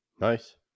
Nice